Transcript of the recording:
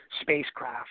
spacecraft